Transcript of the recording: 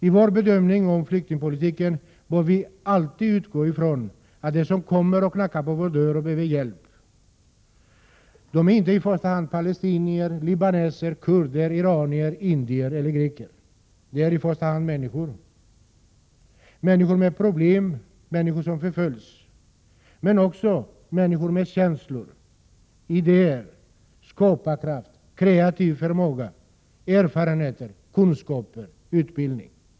I bedömningen av flyktingpolitiken bör vi alltid utgå från att de som kommer och knackar på vår dörr inte i första hand är palestinier, libaneser, kurder, iranier, indier eller greker. De är i första hand människor med 25 problem, människor som förföljs. Men de är också människor med känslor, idéer, skaparkraft, kreativ förmåga, erfarenhet och yrkesutbildning.